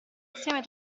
assieme